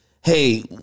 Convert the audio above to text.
Hey